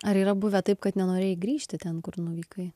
ar yra buvę taip kad nenorėjai grįžti ten kur nuvykai